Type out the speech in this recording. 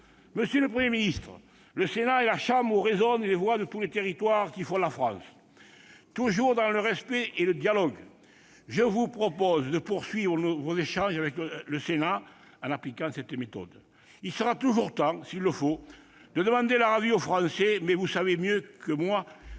Monsieur le Premier ministre, le Sénat est la chambre dans laquelle résonnent les voix de tous les territoires qui font la France. Toujours dans le respect et le dialogue, je vous propose de poursuivre vos échanges avec le Sénat en appliquant cette méthode. Il sera toujours temps ensuite, s'il le faut, de demander leur avis aux Français. Cela étant, vous savez mieux que moi